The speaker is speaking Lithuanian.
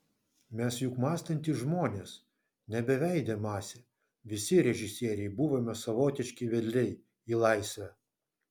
mes juk mąstantys žmonės ne beveidė masė visi režisieriai buvome savotiški vedliai į laisvę